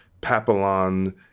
Papillon